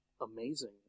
amazing